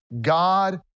God